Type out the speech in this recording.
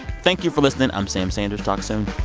thank you for listening. i'm sam sanders talk soon